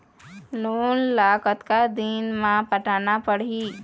Loan ला कतका दिन मे पटाना पड़ही?